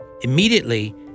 immediately